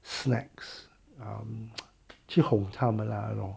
snacks um 去哄他们啦 you know